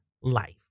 life